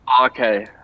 Okay